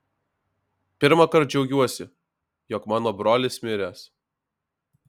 pirmąkart džiaugiuosi jog mano brolis miręs